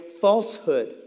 falsehood